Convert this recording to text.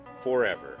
forever